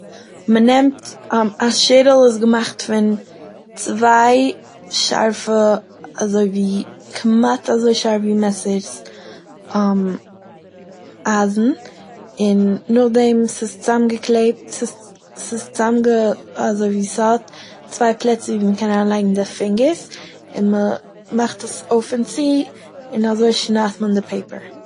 מ'נעמט א שערל איז געמאכט פון צוויי שארפע אזוי ווי כמעט אזוי שארף ווי מעסערס, אייזן, און נאכדעם ס'איז צאמגעקלעבט ס'איז- ס'איז צאמגע- אזוי ווי ס'האט צוויי פלעצער ווי מ'קען אריינלייגן די פינגערס און מ'מאכט עס אויף און צו און אזוי שנייד מען די פעיפער.